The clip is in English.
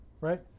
right